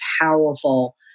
powerful